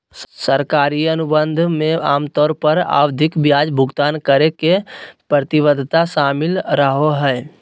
सरकारी अनुबंध मे आमतौर पर आवधिक ब्याज भुगतान करे के प्रतिबद्धता शामिल रहो हय